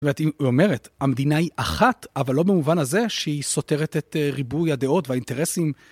זאת אומרת, המדינה היא אחת, אבל לא במובן הזה שהיא סותרת את ריבוי הדעות והאינטרסים.